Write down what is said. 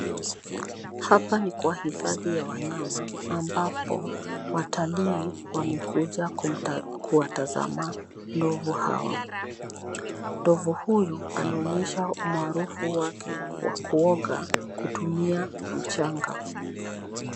Hapa ni kwa hifadhi ya wanyama ambapo watalii wamekuja kumta kuwatazama ndovu hawa. Ndovu huyu anaonyesha umaarufu wake wa kuoga kutumia mchanga.